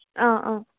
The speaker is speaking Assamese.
অঁ অঁ